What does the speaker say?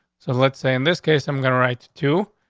so let's say in this case, i'm gonna write to,